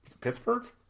Pittsburgh